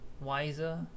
Wiser